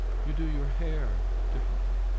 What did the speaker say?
you do your hair differently,